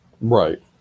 Right